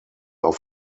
auf